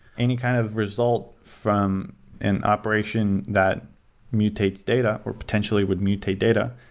any kind of result from an operation that mutates data or potentially would mutate data,